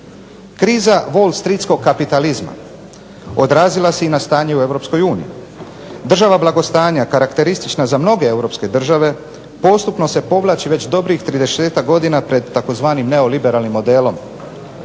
Kriza wall streatskog kapitalizma odrazila se i na stanje u Europskoj uniji. Država blagostanja karakteristična za mnoge europske države postupno se povlači već dobrih tridesetak godina pred tzv. neoliberalnim modelom.